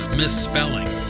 misspelling